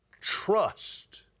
trust